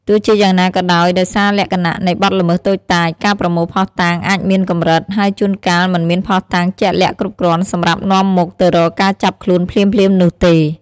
ទោះជាយ៉ាងណាក៏ដោយ ដោយសារលក្ខណៈនៃបទល្មើសតូចតាច ការប្រមូលភស្តុតាងអាចមានកម្រិត ហើយជួនកាលមិនមានភស្តុតាងជាក់លាក់គ្រប់គ្រាន់សម្រាប់នាំមុខទៅរកការចាប់ខ្លួនភ្លាមៗនោះទេ។